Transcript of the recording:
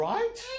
Right? (